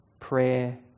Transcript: prayer